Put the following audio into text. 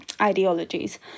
ideologies